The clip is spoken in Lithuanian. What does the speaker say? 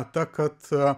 ta kad